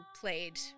played